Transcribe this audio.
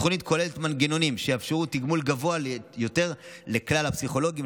התוכנית כוללת מנגנונים שיאפשרו תגמול גבוה יותר לכלל הפסיכולוגים,